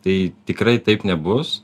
tai tikrai taip nebus